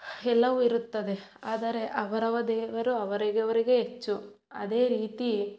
ಎಲ್ಲವೂ ಇರುತ್ತದೆ ಆದರೆ ಅವರವರ ದೇವರು ಅವರಿಗವರಿಗೇ ಹೆಚ್ಚು ಅದೇ ರೀತಿ